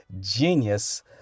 genius